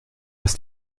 ist